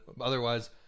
Otherwise